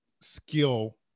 skill